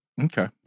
Okay